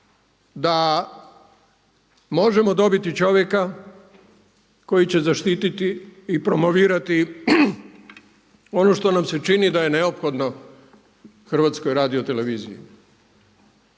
da možemo dobiti čovjeka koji će zaštititi i promovirati ono što nam se čini da je neophodno HRT-u. Na prvo